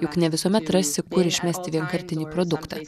juk ne visuomet rasi kur išmesti vienkartinį produktą